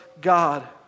God